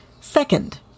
Second